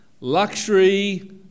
luxury